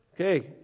okay